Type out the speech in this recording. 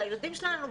זה הילדים שלנו.